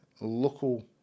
local